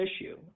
issue